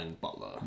Butler